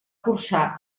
cursar